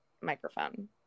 microphone